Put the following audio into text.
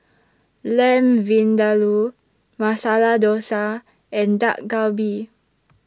Lamb Vindaloo Masala Dosa and Dak Galbi